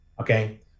okay